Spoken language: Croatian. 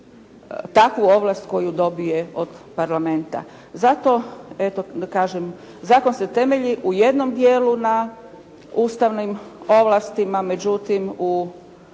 takvu ovlast koju dobije od Parlamenta. Zato eto da kažem, zakon se temelji u jednom dijelu na ustavnim ovlastima. Međutim, u